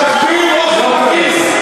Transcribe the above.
וראינו ילדים, שמחביאים אוכל בכיס.